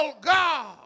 God